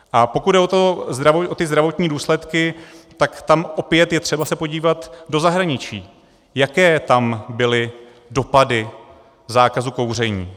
A pokud jde o ty zdravotní důsledky, tak tam opět je třeba se podívat do zahraničí, jaké tam byly dopady zákazu kouření.